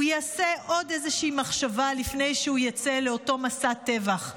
הוא יעשה עוד איזושהי מחשבה לפני שהוא יצא לאותו מסע טבח.